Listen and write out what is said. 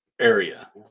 area